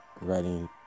writing